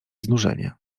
znużenie